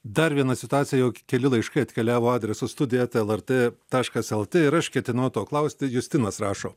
dar viena situacija jau keli laiškai atkeliavo adresu studija eta lrt taškas lt ir aš ketinau to klausti justinas rašo